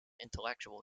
intellectual